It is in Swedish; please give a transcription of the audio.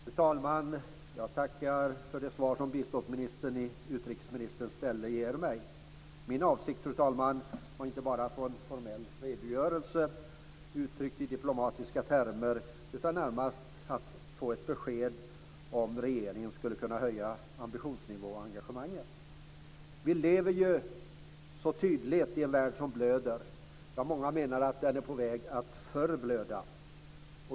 Fru talman! Jag tackar för det svar som biståndsministern i utrikesministerns ställe ger mig. Min avsikt, fru talman, var inte bara att få en formell redogörelse uttryckt i diplomatiska termer, utan närmast att få ett besked om regeringen skulle kunna höja ambitionsnivån i engagemanget. Vi lever ju så tydligt i en värld som blöder. Många menar att den är på väg att förblöda.